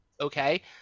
okay